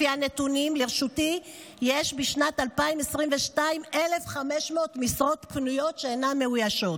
לפי הנתונים שברשותי יש בשנת 2022 1,500 משרות פנויות שאינן מאוישות.